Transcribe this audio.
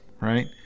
right